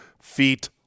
feet